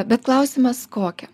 bet klausimas kokią